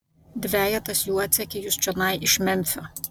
dvejetas jų atsekė jus čionai iš memfio